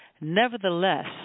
nevertheless